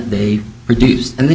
they produced and the